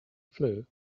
flue